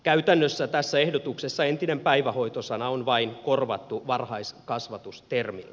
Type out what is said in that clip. käytännössä tässä ehdotuksessa entinen päivähoito sana on vain korvattu varhaiskasvatus termillä